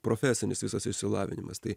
profesinis visas išsilavinimas tai